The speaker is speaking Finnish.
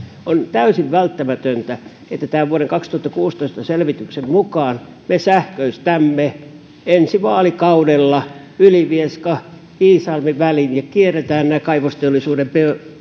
on täysin välttämätöntä että tämän vuoden kaksituhattakuusitoista selvityksen mukaan me sähköistämme ensi vaalikaudella ylivieska iisalmi välin ja kierrätämme kaivosteollisuuden